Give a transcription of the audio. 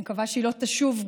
אני מקווה שהיא גם לא תשוב,